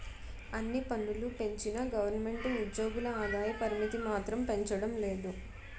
అన్ని పన్నులూ పెంచిన గవరమెంటు ఉజ్జోగుల ఆదాయ పరిమితి మాత్రం పెంచడం లేదు